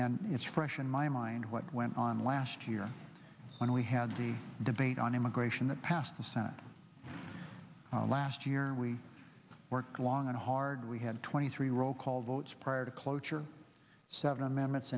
and it's fresh in my mind what went on last year when we had the debate on immigration that passed the senate last year and we worked long and hard we had twenty three roll call votes prior to cloture seven amendments